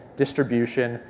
distribution,